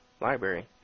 library